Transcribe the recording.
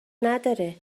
نداره